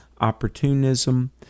opportunism